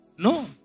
No